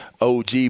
OG